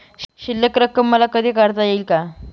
शिल्लक रक्कम मला कधी काढता येईल का?